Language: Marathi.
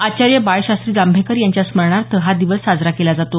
आचार्य बाळशास्त्री जांभेकर यांच्या स्मरणार्थ हा दिवस साजरा केला जातो